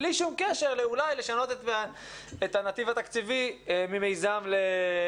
בלי שום קשר לכך שאולי ירצו לשנות את הנתיב התקציבי ממיזם למכרז.